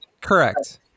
correct